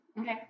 Okay